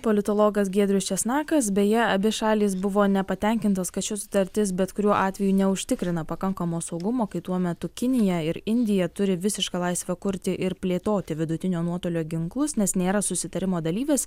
politologas giedrius česnakas beje abi šalys buvo nepatenkintos kad ši sutartis bet kuriuo atveju neužtikrina pakankamo saugumo kai tuo metu kinija ir indija turi visišką laisvę kurti ir plėtoti vidutinio nuotolio ginklus nes nėra susitarimo dalyvės